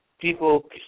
People